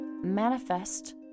manifest